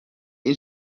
این